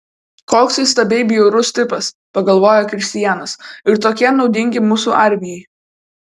koks įstabiai bjaurus tipas pagalvojo kristianas ir tokie naudingi mūsų armijai